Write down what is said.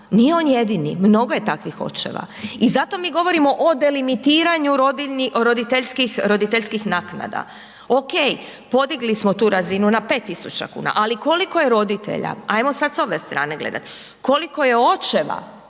Nije on jedini, mnogo je takvih očeva. I zato mi govorimo o delimitiranju roditeljskih, roditeljskih naknada. Ok, podigli smo tu razinu na 5.000,00 kuna, ali koliko je roditelja, ajmo sad s ove strane gledati, koliko je očeva